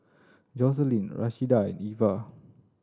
Joselin Rashida Iva